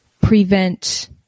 prevent